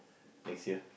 next year